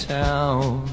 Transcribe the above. town